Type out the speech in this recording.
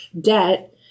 debt